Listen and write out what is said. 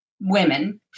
women